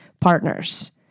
partner's